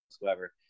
whoever